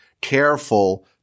careful